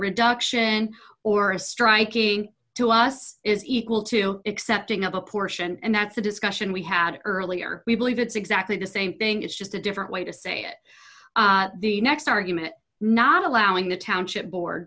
reduction or a striking to us is equal to accepting of a portion and that's the discussion we had earlier we believe it's exactly the same thing it's just a different way to say it the next argument not allowing the township bo